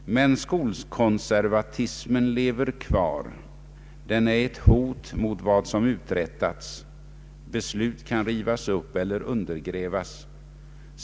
Men skolkonservatismen lever kvar. Den är ett hot mot vad som uträttats — beslut kan rivas upp eller undergrävas.